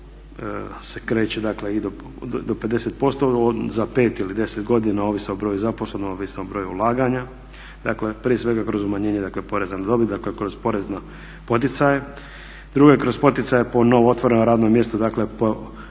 se kreće i do 50% za 5 ili 10 godina ovisno o broju zaposlenih, ovisno o broju ulaganja, dakle prije svega kroz umanjenje poreza na dobit, kroz porezne poticaje. Drugo, kroz poticaje po novootvorenim radnim mjestu dakle